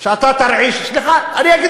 שאתה תרעיש, סליחה, אדוני, מילה אחת.